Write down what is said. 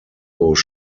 goes